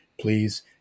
please